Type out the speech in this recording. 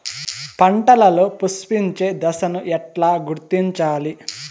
పంటలలో పుష్పించే దశను ఎట్లా గుర్తించాలి?